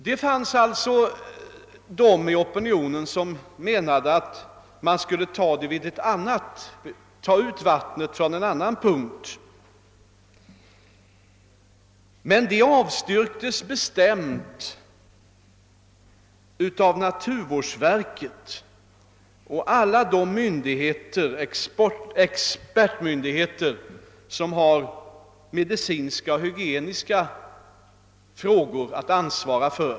Det fanns de som ansåg att man borde ta ut vattnet från en annan punkt, men det avstyrktes bestämt av naturvårdsverket och alla de myndigheter som har att ansvara för medicinska och hygieniska frågor.